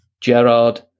Gerard